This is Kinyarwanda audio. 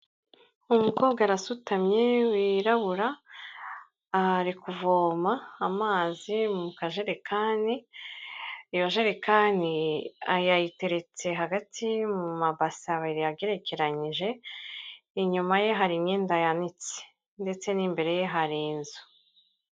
Umukobwa arasutamye wirabura ari kuvoma amazi mu kajerekani. Iyo jerekani yayiteretse hagati mu mabase abiri agerekeranyije, inyuma ye hari imyenda yanitse ndetse n'imbere ye hari inzu.